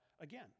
again